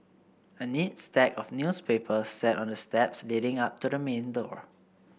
a neat stack of newspapers sat on the steps leading up to the main door